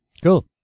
Cool